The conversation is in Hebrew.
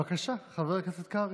בבקשה, חבר הכנסת קרעי,